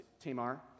Tamar